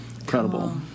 Incredible